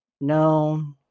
No